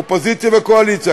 אופוזיציה וקואליציה,